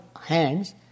hands